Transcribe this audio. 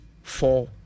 Four